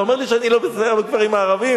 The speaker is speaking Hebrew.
אתה אומר לי שאני לא מסייר בכפרים הערביים?